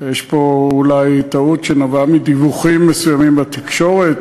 יש פה אולי טעות שנבעה מדיווחים מסוימים בתקשורת,